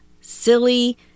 silly